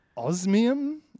Osmium